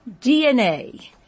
DNA